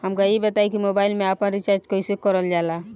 हमका ई बताई कि मोबाईल में आपन रिचार्ज कईसे करल जाला?